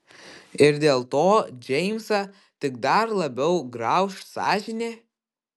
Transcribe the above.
ir dėl to džeimsą tik dar labiau grauš sąžinė